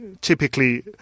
typically